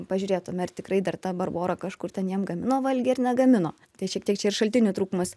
pažiūrėtume ar tikrai dar ta barbora kažkur ten jam gamino valgį ar negamino tai šiek tiek čia ir šaltinių trūkumas